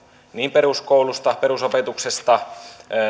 peruskoulusta perusopetuksesta